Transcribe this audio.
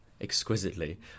exquisitely